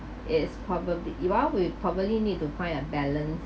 it's probably we are we probably need to find a balance